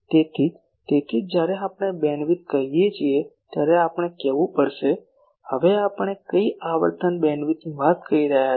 તેથી તેથી જ જ્યારે આપણે બેન્ડવિડ્થ કહીએ છીએ ત્યારે આપણે કહેવું પડશે હવે આપણે કઈ બેન્ડવિડ્થની વાત કરી રહ્યા છીએ